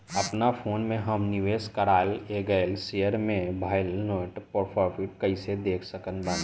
अपना फोन मे हम निवेश कराल गएल शेयर मे भएल नेट प्रॉफ़िट कइसे देख सकत बानी?